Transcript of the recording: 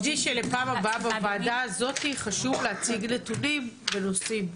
אז שתדעי לפעם הבאה לוועדה הזאת להציג נתונים בנושאים.